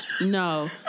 No